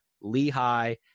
Lehigh